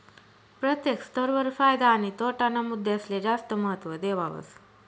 प्रत्येक स्तर वर फायदा आणि तोटा ना मुद्दासले जास्त महत्व देवावस